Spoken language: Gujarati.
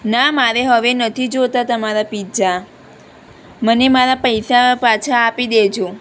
ના મારે હવે નથી જોઈતા તમારા પીત્જા મને મારા પૈસા પાછા આપી દેજો